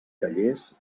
tallers